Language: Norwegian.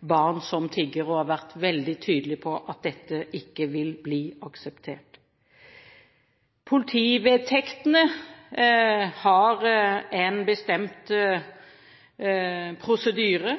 barn som tigger, og har vært veldig tydelige på at dette ikke vil bli akseptert. Politivedtektene har en bestemt prosedyre.